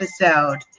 episode